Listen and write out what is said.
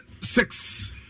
six